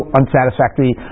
unsatisfactory